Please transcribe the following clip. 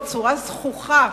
בצורה זחוחה,